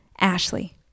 Ashley